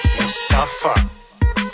Mustafa